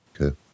Okay